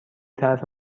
طرف